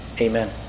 Amen